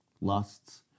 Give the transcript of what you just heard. lusts